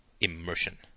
immersion